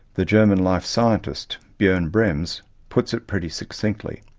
the german life scientist, bjoern brehms, puts it pretty succinctly.